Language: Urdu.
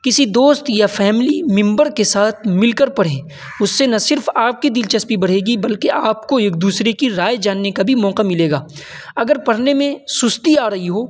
کسی دوست یا فیملی ممبر کے ساتھ مل کر پڑھیں اس سے نہ صرف آپ کی دلچسپی بڑھے گی بلکہ آپ کو ایک دوسرے کی رائے جاننے کا بھی موقع ملے گا اگر پڑھنے میں سستی آ رہی ہو